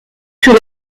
sur